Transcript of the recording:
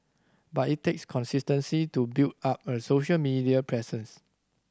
but it takes consistency to build up a social media presence